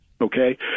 okay